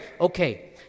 Okay